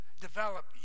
develop